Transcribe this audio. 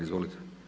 Izvolite!